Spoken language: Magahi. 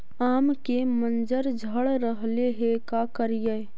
आम के मंजर झड़ रहले हे का करियै?